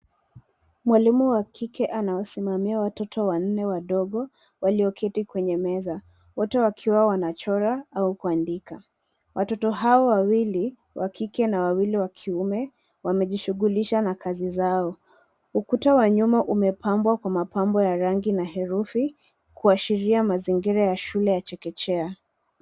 Mwalimu wa kike anawasimamia watoto wanne wadogo walioketi kwenye meza wote wakiwa wanachora au kuandika. Watoto hao wawili wa kike na wawili kiume wamejishughulisha na kazi zao. Ukuta wa nyuma umepambwa kwa mapambo ya rangi na herufi kuashiria mazingira ya shule ya chekechea.